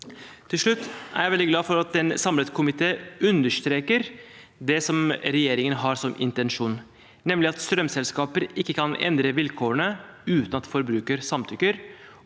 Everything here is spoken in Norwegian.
Til slutt: Jeg er veldig glad for at en samlet komité understreker det regjeringen har som intensjon, nemlig at strømselskaper ikke kan endre vilkårene uten at forbruker samtykker,